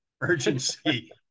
urgency